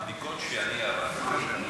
מבדיקות שאני ערכתי,